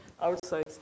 outside